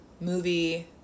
movie